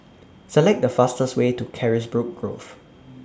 Select The fastest Way to Carisbrooke Grove